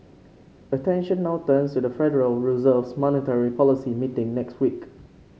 attention now turns to the Federal Reserve's monetary policy meeting next week